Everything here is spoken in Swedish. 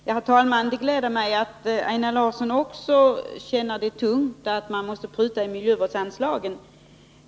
Herr talman! Det gläder mig att Einar Larsson också känner det tungt att man måste pruta på miljövårdsanslagen.